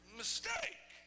mistake